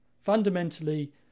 Fundamentally